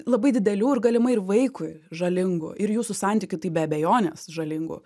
labai didelių ir galimai ir vaikui žalingų ir jūsų santykių tai be abejonės žalingų